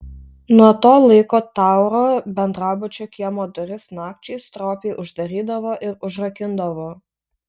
nuo to laiko tauro bendrabučio kiemo duris nakčiai stropiai uždarydavo ir užrakindavo